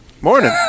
Morning